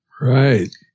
Right